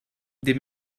des